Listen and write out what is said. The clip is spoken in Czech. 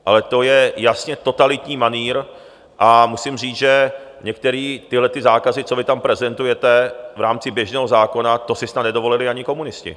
Ale to je jasně totalitní manýr a musím říct, že některé tyhle zákazy, co vy tam prezentujete v rámci běžného zákona, to si snad nedovolili ani komunisti.